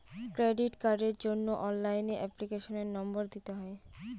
credit কার্ডের জন্য অনলাইনে এপ্লিকেশনের নম্বর দিতে হয়